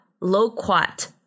Loquat